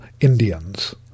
Indians